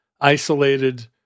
isolated